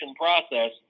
process